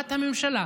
ברמת הממשלה,